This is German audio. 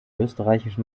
österreichischen